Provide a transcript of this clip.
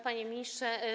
Panie Ministrze!